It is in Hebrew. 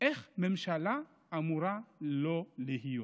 איך ממשלה אמורה לא להיות,